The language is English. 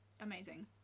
amazing